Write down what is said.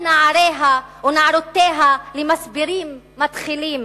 נעריה ואת נערותיה למסבירים מתחילים,